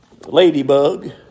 ladybug